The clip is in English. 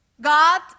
God